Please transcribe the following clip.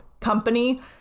company